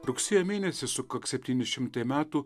rugsėjo mėnesį sukaks septyni šimtai metų